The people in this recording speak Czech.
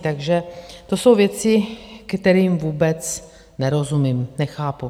Takže to jsou věci, kterým vůbec nerozumím, nechápu.